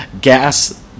Gas